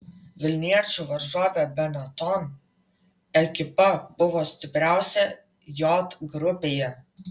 vilniečių varžovė benetton ekipa buvo stipriausia j grupėje